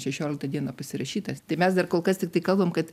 šešioliktą dieną pasirašytas tai mes dar kol kas tiktai kalbam kad